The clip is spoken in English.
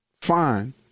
Fine